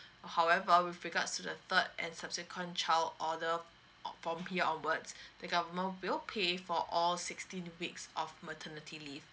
however with regards to the third and subsequent child order o~ from here onwards the government will pay for all sixteen weeks of maternity leave